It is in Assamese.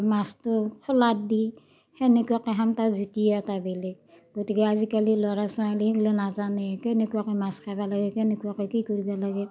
মাছটো খোলাত দি তেনেকুৱাকে সান তাৰ জুতি এটা বেলেগ গতিকে আজিকালিৰ ল'ৰা ছোৱালীগিলা নাজানে কেনেকুৱাকে মাছ খাব লাগে কেনেকুৱাকে কি কৰিব লাগে